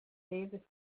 dave